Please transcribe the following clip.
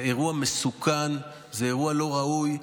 זה אירוע מסוכן, זה אירוע לא ראוי.